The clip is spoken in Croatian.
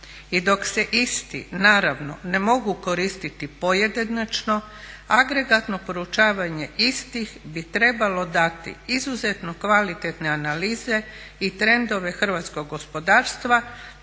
I dok se isti naravno ne mogu koristiti pojedinačo agregatno proučavanje istih bi trebalo dati izuzetno kvalitetne analize i trendove hrvatskog gospodarstva,